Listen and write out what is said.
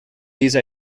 these